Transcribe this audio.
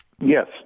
Yes